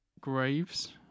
Graves